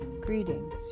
Greetings